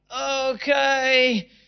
okay